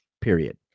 period